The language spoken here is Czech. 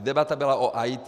Debata byla o IT.